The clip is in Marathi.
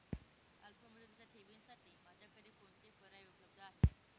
अल्पमुदतीच्या ठेवींसाठी माझ्याकडे कोणते पर्याय उपलब्ध आहेत?